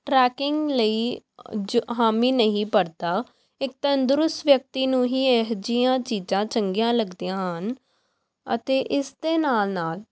trekking ਲਈ ਜ ਹਾਮੀ ਨਹੀਂ ਭਰਦਾ ਇੱਕ ਤੰਦਰੁਸਤ ਵਿਅਕਤੀ ਨੂੰ ਹੀ ਇਹੋ ਜਿਹੀਆਂ ਚੀਜ਼ਾਂ ਚੰਗੀਆਂ ਲੱਗਦੀਆਂ ਹਨ ਅਤੇ ਇਸ ਦੇ ਨਾਲ ਨਾਲ